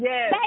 Yes